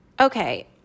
okay